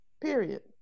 Period